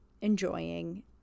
enjoying